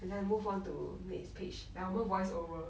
很像 move on to next page like 我们 voice-over